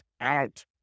out